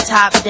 Top